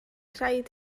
rhaid